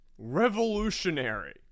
Revolutionary